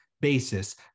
basis